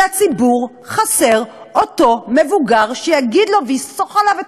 לציבור חסר אותו מבוגר שיגיד לו וינסוך בו את